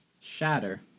Shatter